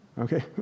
Okay